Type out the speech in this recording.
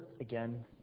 again